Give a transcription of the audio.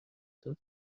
داد